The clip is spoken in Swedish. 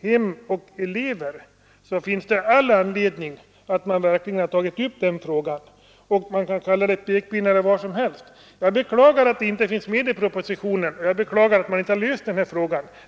hem och elever, finns det all anledning till att frågan om hemresorna tagits upp. Man kan kalla det pekpinnar eller vad som helst, men jag beklagar att förslag om detta inte fanns med i propositionen.